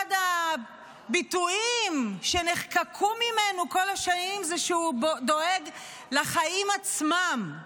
אחד הביטויים שנחקקו ממנו כל השנים הוא שהוא דואג לחיים עצמם: